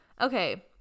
Okay